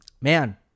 man